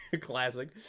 Classic